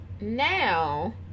now